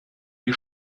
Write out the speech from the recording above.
die